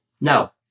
No